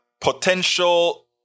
potential